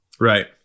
Right